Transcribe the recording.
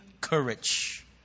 courage